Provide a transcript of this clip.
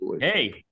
hey